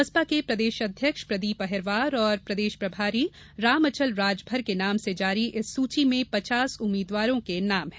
बसपा के प्रदेश अध्यक्ष प्रदीप अहिरवार और प्रदेश प्रभारी रामअचल राजमर के नाम से जारी इस सूची में पचास उम्मीदवारों के नाम है